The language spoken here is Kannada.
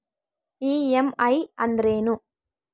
ಇ.ಎಮ್.ಐ ಅಂದ್ರೇನು?